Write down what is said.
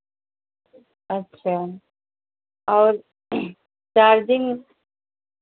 अच्छा और चार्जिंग